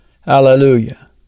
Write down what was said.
hallelujah